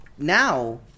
now